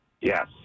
Yes